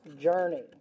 journey